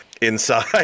inside